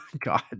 God